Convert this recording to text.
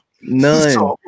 None